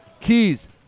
Keys